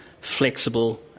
flexible